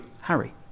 Harry